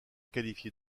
qualifiée